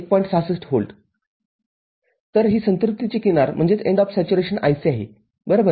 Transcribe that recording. ६६V तर ही संतृप्ति ची किनार IC आहे - बरोबर